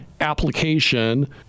application